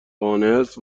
تونست